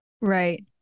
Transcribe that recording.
Right